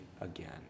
again